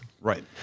Right